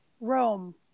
rome